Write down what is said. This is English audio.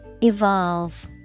Evolve